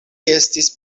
estis